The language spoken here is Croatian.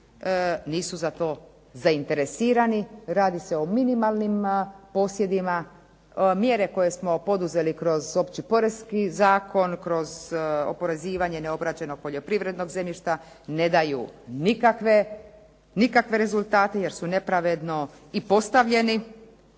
nisu za to zainteresirani. Radi se o minimalnim posjedima. Mjere koje smo poduzeli kroz opći poreski zakon, kroz oporezivanje neobrađenog poljoprivrednog zemljišta ne daju nikakve rezultate jer su nepravedno i postavljeni.